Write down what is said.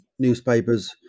newspapers